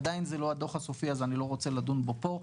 עדיין זה לא הדוח הסופי אז אני לא רוצה לדון בו פה,